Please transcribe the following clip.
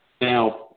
Now